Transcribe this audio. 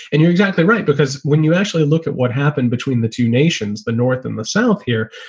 and you're exactly right, because when you actually look at what happened between the two nations, the north and the south here,